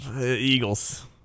Eagles